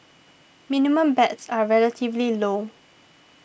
minimum bets are relatively low